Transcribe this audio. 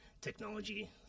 technology